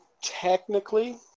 technically